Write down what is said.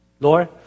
Lord